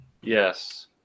Yes